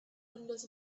windows